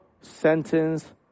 sentence